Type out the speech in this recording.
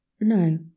no